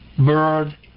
Bird